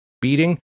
beating